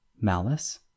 malice